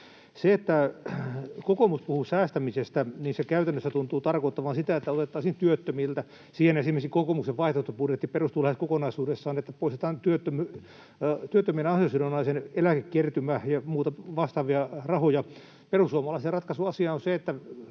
Se, että kokoomus puhuu säästämisestä, tuntuu käytännössä tarkoittavan sitä, että otettaisiin työttömiltä. Siihen esimerkiksi kokoomuksen vaihtoehtobudjetti perustuu lähes kokonaisuudessaan, että poistetaan työttömien ansiosidonnaisen eläkekertymä ja muita vastaavia rahoja. Perussuomalaisten ratkaisu asiaan on se,